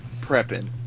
prepping